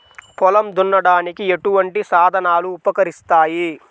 పొలం దున్నడానికి ఎటువంటి సాధనలు ఉపకరిస్తాయి?